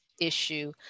issue